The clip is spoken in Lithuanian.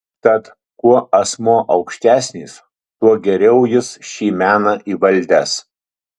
tad kuo asmuo aukštesnis tuo geriau jis šį meną įvaldęs